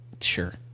Sure